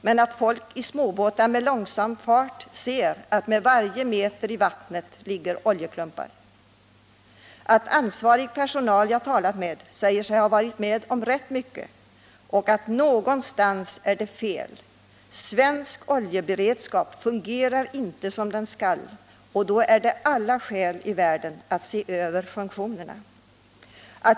Människor i småbåtar med långsam fart såg emellertid oljeklumpar på varje meter vatten. Ansvarig personal som jag har talat med säger sig ha varit med om rätt mycket och anser att det någonstans är fel. Svensk oljeberedskap fungerar inte som den skall, och då finns det alla skäl i världen att se över funktionerna.